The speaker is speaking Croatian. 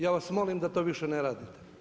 Ja vas molim da to više ne radite.